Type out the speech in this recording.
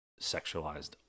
sexualized